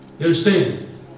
understand